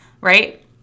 right